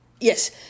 Yes